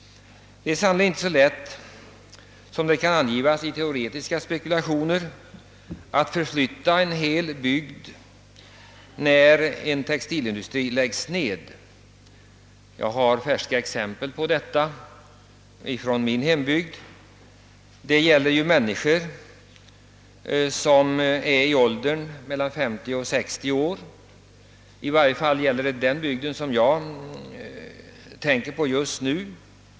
I teoretiska spekulationer kan det förefalla vara lätt att förflytta en hel bygd, när en textilindustri läggs ned, men i verkligheten går det inte. Jag har färska exempel härpå från min hembygd. De människor som där beröres är i åldern 50—60 år.